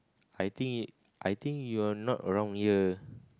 I think I think you are not around here